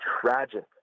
tragic